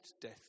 death